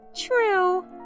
True